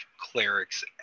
clerics